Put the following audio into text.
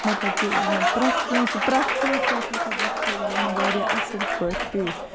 مطلب کہِ پرٛٮ۪تھ کٲنٛسہِ پرٛٮ۪تھ کانٛسہِ سۭتۍ ہسا گژھِ سُہ یُن واریاہ اصٕل پٲٹھۍ پے